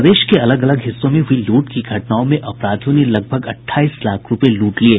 प्रदेश के अलग अलग हिस्सों में हुई लूट की घटनाओं में अपराधियों ने लगभग अट्ठाईस लाख रूपये लूट लिये